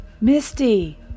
Misty